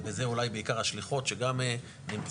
ובזה אולי בעיקר השליחות שגם נמצאות,